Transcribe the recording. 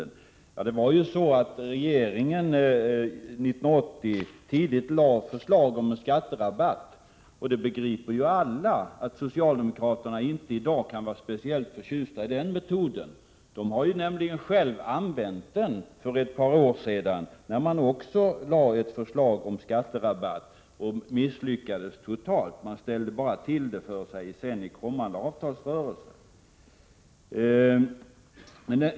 Regeringen lade ju tidigt år 1980 fram förslag om en skatterabatt. Alla begriper ju att socialdemokraterna i dag inte kan vara speciellt förtjusta i den metoden. De har nämligen själva använt den för ett par år sedan, när man lade fram ett förslag om skatterabatt och misslyckades totalt. Man ställde bara till det för sig i kommande avtalsrörelser.